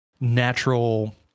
natural